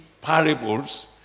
parables